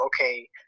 okay